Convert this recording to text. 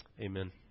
amen